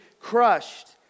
crushed